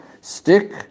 stick